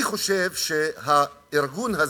אני חושב שהארגון הזה,